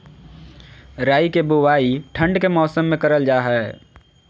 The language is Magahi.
राई के बुवाई ठण्ड के मौसम में करल जा हइ